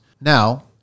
Now